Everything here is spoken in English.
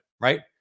right